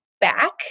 back